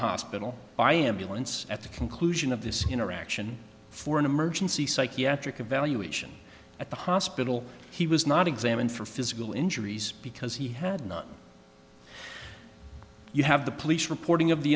hospital by ambulance at the conclusion of this interaction for an emergency psychiatric evaluation at the hospital he was not examined for physical injuries because he had not you have the police reporting of the